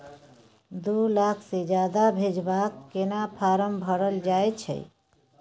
दू लाख से ज्यादा भेजबाक केना फारम भरल जाए छै?